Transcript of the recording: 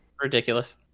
ridiculous